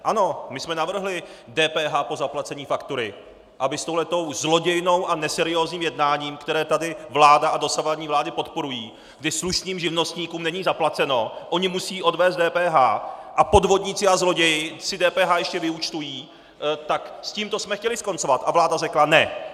Ano, my jsme navrhli DPH po zaplacení faktury, aby s touhle tou zlodějnou a neseriózním jednáním, které tady vláda a dosavadní vlády podporují, kdy slušným živnostníkům není zaplaceno, oni musí odvést DPH a podvodníci a zloději si DPH ještě vyúčtují, tak s tímto jsme chtěli skoncovat, a vláda řekla: Ne!